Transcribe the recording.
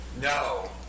No